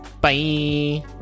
Bye